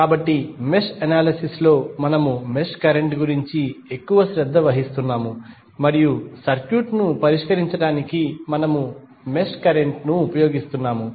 కాబట్టి mesh analysis లో మనము మెష్ కరెంట్ గురించి ఎక్కువ శ్రద్ధ వహిస్తున్నాము మరియు సర్క్యూట్ పరిష్కరించడానికి మనము మెష్ కరెంట్ ను ఉపయోగిస్తున్నాము